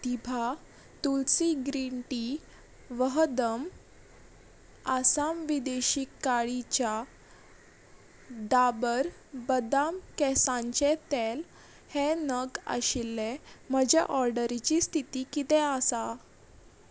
दिभा Tulsi green tea Vahdam Assam विदेशी काळी च्या डाबर बदाम केंसांचें तेल हे नग आशिल्ले म्हज्या ऑर्डरीची स्थिती कितें आसा